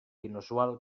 inusual